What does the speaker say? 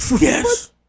Yes